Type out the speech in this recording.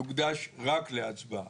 תוקדש רק להצבעה.